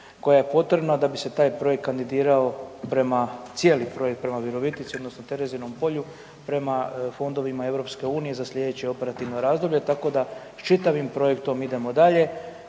koja je potrebna da bi se taj projekt kandidirao prema, cijeli projekt prema Virovitici odnosno Terezinom polju prema Fondovima EU za slijedeće operativno razdoblje, tako da s čitavim projektom idemo dalje,